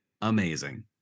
Amazing